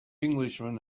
englishman